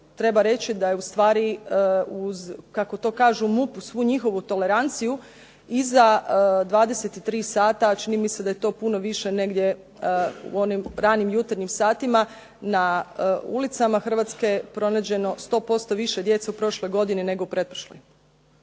treba reći da je ustvari uz kako to kažu u MUP-u svu njihovu toleranciju iza 23 sata čini mi se da je to puno više negdje u onim ranim jutarnjim satima na ulicama Hrvatske pronađeno sto posto više djece u prošloj godini nego u pretprošloj.